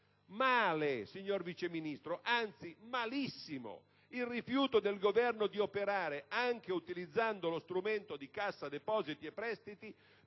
Male, anzi, malissimo, il rifiuto del Governo di operare - anche utilizzando lo strumento di Cassa depositi e prestiti